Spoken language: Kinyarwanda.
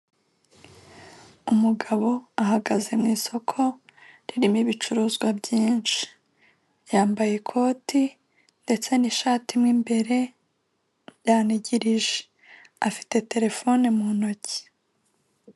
Umugabo ahagaze mu isoko ririmo ibicuruzwa byinshi. Yambaye ikoti ndetse n'ishati mo imbere yangirije. Afite terefone mu ntoki.